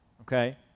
Okay